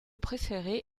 préféré